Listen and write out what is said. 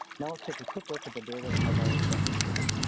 now let's take a quick look at the data that has already been reported.